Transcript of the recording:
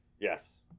Yes